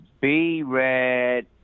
B-Red